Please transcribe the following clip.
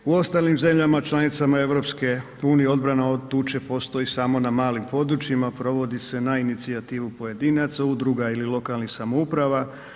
U ostalim zemljama članicama EU odbrana od tuče postoji samo na malim područjima, provodi se na inicijativu pojedinaca, udruga ili lokalnih samouprava.